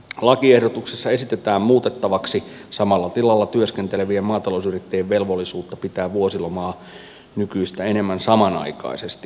lakiehdotuksessa esitetään muutettavaksi samalla tilalla työskentelevien maatalousyrittäjien velvollisuutta pitää vuosilomaa nykyistä enemmän samanaikaisesti